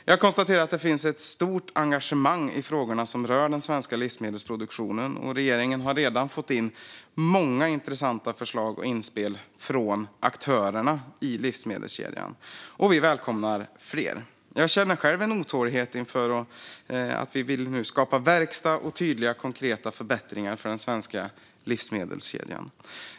Jag konstaterar att det finns ett stort engagemang i frågorna som rör den svenska livsmedelsproduktionen och att regeringen redan har fått in många intressanta förslag och inspel från aktörerna i livsmedelskedjan. Vi välkomnar också fler. Jag känner själv en otålighet. Vi vill nu skapa verkstad och tydliga, konkreta förbättringar för den svenska livsmedelskedjan.